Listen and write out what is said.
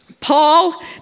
Paul